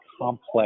complex